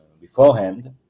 beforehand